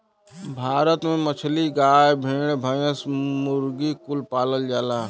भारत में मछली, गाय, भेड़, भैंस, मुर्गी कुल पालल जाला